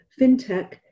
FinTech